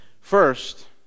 First